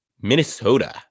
Minnesota